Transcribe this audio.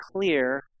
clear